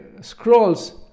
scrolls